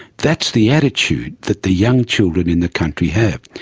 that's the attitude that the young children in the country have.